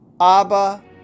Abba